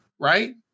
right